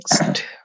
next